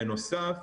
בנוסף,